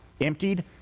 Emptied